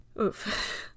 Oof